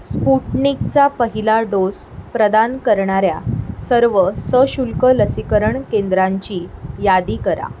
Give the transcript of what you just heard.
स्पुटनिकचा पहिला डोस प्रदान करणाऱ्या सर्व सशुल्क लसीकरण केंद्रांची यादी करा